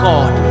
God